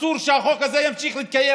אסור שהחוק הזה ימשיך להתקיים,